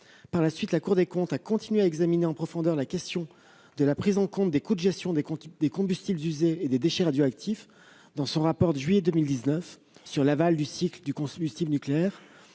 des comptes a par la suite continué à examiner en profondeur la question de la prise en compte des coûts de gestion des combustibles usés et des déchets radioactifs, dans son rapport de juillet 2019 sur l'aval du cycle du combustible nucléaire,